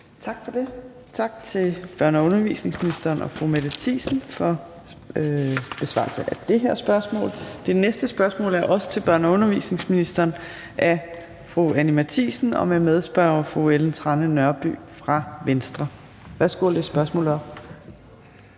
Tak for det. Tak til børne- og undervisningsministeren og fru Mette Thiesen for besvarelse og fremsættelse af det her spørgsmål. Det næste spørgsmål er også til børne- og undervisningsministeren. Det er af fru Anni Matthiesen, og medspørger er fru Ellen Trane Nørby fra Venstre. Kl. 15:49 Spm. nr.